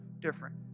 different